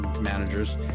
managers